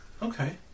Okay